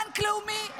עשה לי טובה,